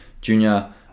junior